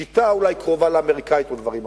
שיטה אולי קרובה לאמריקנית ודברים אחרים.